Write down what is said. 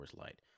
Light